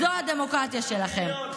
זו הדמוקרטיה שלכם.